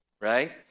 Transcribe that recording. Right